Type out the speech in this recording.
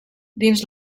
dins